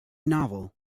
novel